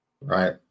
Right